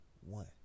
one